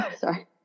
sorry